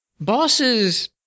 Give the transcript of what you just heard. bosses